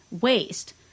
waste